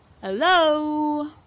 Hello